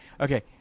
Okay